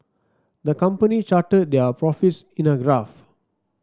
the company charted their profits in a graph